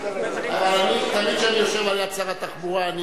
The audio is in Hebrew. אבל תמיד כשאני יושב ליד שר התחבורה, אני